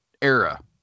era